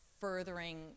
furthering